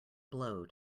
blow